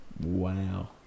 wow